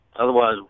Otherwise